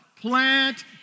plant